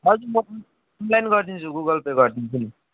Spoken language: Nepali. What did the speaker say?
हजुर म अनलाइन गरिदिन्छु गुगल पे गरिदिन्छु नि